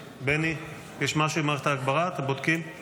בני, יש משהו עם מערכת ההגברה, אתם בודקים?